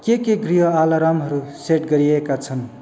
के के गृह आलारामहरू सेट गरिएका छन्